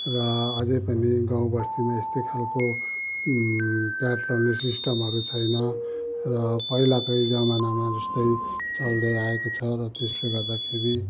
र अझै पनि गाउँबस्तीमा यस्तै खालको प्याड लगाउने सिस्टमहरू छैन र पहिलाको जमानामा जस्तै चल्दैआएको छ र त्यसले गर्दाखेरि